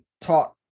taught